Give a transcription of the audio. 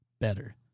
better